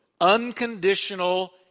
unconditional